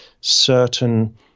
certain